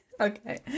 okay